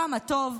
כמה טוב?